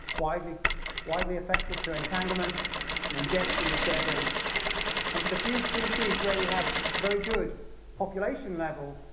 widely widely affected through entanglement and ingestion of debris and for the few species where we have very good population level,